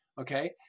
okay